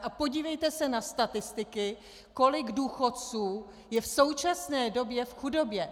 A podívejte se na statistiky, kolik důchodců je v současné době v chudobě.